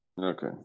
Okay